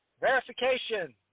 verification